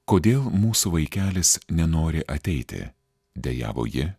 kodėl mūsų vaikelis nenori ateiti dejavo ji